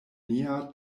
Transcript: nia